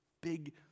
big